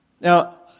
Now